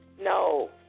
No